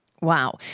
Wow